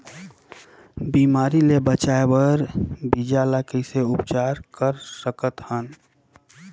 बिमारी ले बचाय बर बीजा ल कइसे उपचार कर सकत हन?